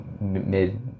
mid